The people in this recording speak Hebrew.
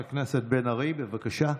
נכון.